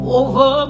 over